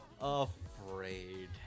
afraid